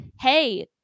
Hey